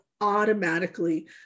automatically